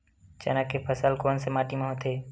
चना के फसल कोन से माटी मा होथे?